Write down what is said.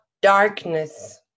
Darkness